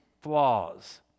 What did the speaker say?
flaws